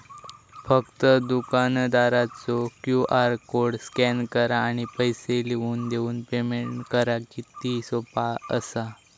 फक्त दुकानदारचो QR code scan करा आणि पैसे लिहून देऊन पेमेंट करा किती सोपा असा